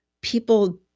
people